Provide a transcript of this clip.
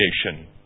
creation